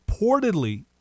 reportedly